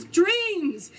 dreams